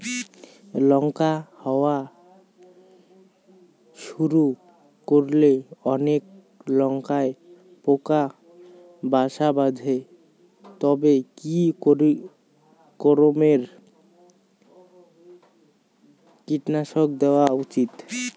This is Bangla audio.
লঙ্কা হওয়া শুরু করলে অনেক লঙ্কায় পোকা বাসা বাঁধে তবে কি রকমের কীটনাশক দেওয়া উচিৎ?